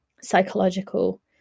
psychological